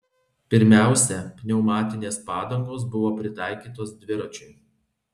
pirmiausia pneumatinės padangos buvo pritaikytos dviračiui